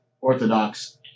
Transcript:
Orthodox